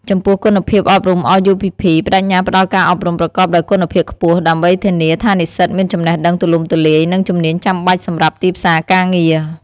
ចំពោះគុណភាពអប់រំRUPP ប្តេជ្ញាផ្តល់ការអប់រំប្រកបដោយគុណភាពខ្ពស់ ដើម្បីធានាថានិស្សិតមានចំណេះដឹងទូលំទូលាយ និងជំនាញចាំបាច់សម្រាប់ទីផ្សារការងារ។